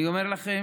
אני אומר לכם,